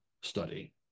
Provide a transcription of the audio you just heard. study